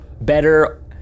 Better